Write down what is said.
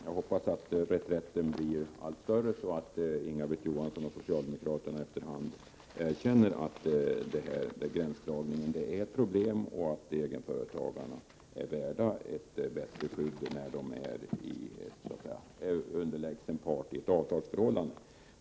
Jag hoppas att reträtten blir allt större, så att Inga-Britt Johansson och socialdemokraterna efter hand erkänner att gränsdragningen är ett problem och att egenföretagarna är värda ett bättre skydd när de är underlägsen part i ett avtalsförhållande.